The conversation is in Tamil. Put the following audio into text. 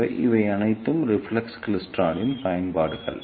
எனவே இவை அனைத்தும் ரிஃப்ளெக்ஸ் கிளைஸ்டிரானின் பயன்பாடுகள்